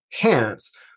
Pants